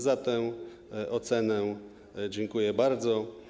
Za tę ocenę dziękuję bardzo.